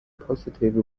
positive